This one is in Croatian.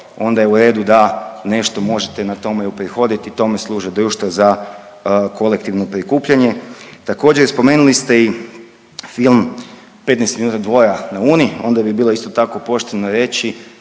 onda je u redu da nešto možete na tome uprihoditi i tome služi Društvo za kolektivno prikupljanje. Također spomenuli ste i film „15 minuta Dvora na Uni“, a onda bi bilo isto tako pošteno reći